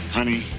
Honey